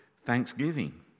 thanksgiving